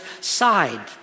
side